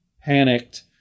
panicked